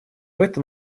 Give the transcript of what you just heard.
этом